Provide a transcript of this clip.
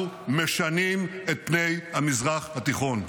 אנחנו משנים את פני המזרח התיכון.